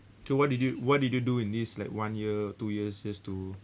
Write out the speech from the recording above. so what did you what did you do in this like one year two years just to